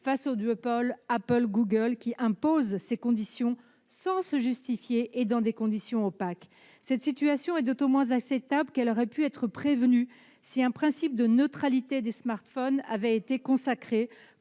face au duopole Apple-Google, qui impose ses conditions sans se justifier et de façon opaque. Cette situation est d'autant moins acceptable qu'elle aurait pu être prévenue, si un principe de neutralité des smartphones avait été consacré,